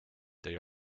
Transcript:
they